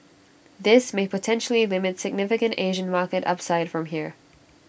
this may potentially limit significant Asian market upside from here